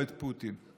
את פוטין.